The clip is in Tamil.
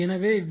எனவே வி